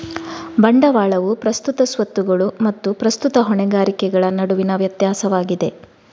ಬಂಡವಾಳವು ಪ್ರಸ್ತುತ ಸ್ವತ್ತುಗಳು ಮತ್ತು ಪ್ರಸ್ತುತ ಹೊಣೆಗಾರಿಕೆಗಳ ನಡುವಿನ ವ್ಯತ್ಯಾಸವಾಗಿದೆ